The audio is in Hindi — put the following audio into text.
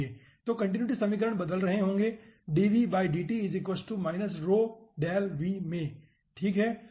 तो कंटीन्यूटी समीकरण बदल रहे होंगे में ठीक है